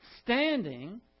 Standing